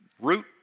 root